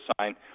sign